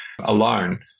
alone